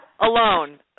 Alone